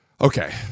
Okay